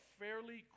fairly